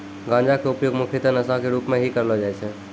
गांजा के उपयोग मुख्यतः नशा के रूप में हीं करलो जाय छै